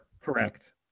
Correct